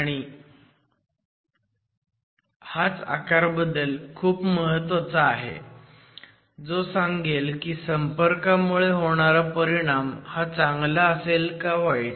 आणि हाच आकारबदल खूप महत्वाचा आहे जो सांगेल की संपर्कामुळे होणारा परिणाम हा चांगला असेल का वाईट